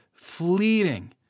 Fleeting